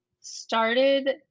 started